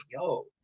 yo